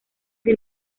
sin